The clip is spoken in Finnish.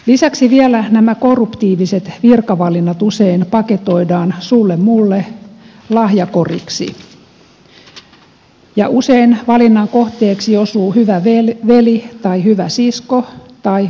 lisäksi vielä nämä korruptiiviset virkavalinnat usein paketoidaan sullemulle lahjakoriksi ja usein valinnan kohteeksi osuu hyvä veli tai hyvä sisko tai vaikkapa uskonsisar